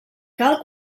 cal